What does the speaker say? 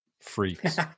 freaks